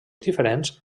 diferents